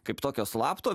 kaip tokio slapto